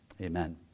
Amen